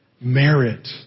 merit